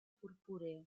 purpúreo